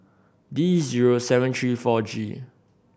D zero seven three four G